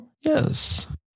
yes